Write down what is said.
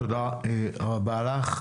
תודה רבה לך.